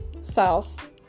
south